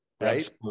right